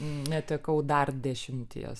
netekau dar dešimties